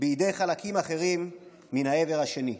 בידי חלקים אחרים מן העבר השני.